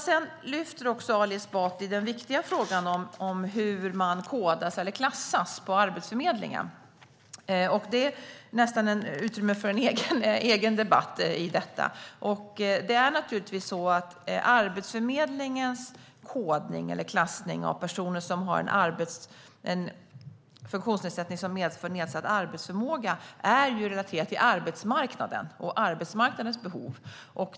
Ali Esbati lyfter också fram den viktiga frågan om hur man klassas på Arbetsförmedlingen, och den skulle nästan ges utrymme för en egen debatt. Arbetsförmedlingens kodning eller klassning av personer som har en funktionsnedsättning som medför nedsatt arbetsförmåga är relaterad till arbetsmarknaden och arbetsmarknadens behov.